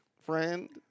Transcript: friend